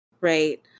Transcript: right